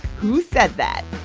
who said that?